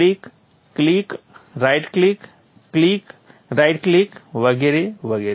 click click right click click right click વગેરે